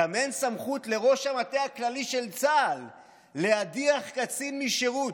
גם אין סמכות לראש המטה הכללי של צה"ל להדיח קצין משירות.